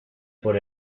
por